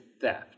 theft